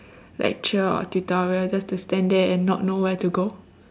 lecture or tutorial just to stand there and not know where to go